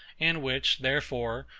and which, therefore,